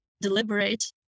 deliberate